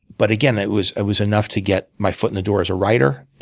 but again, it was ah was enough to get my foot in the door as a writer,